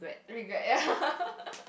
regret ya